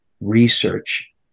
research